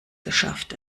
geschafft